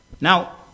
Now